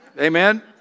Amen